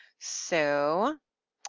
so,